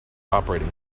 operating